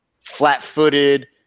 flat-footed